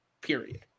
period